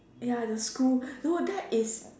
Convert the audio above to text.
ya the school so that is